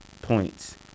points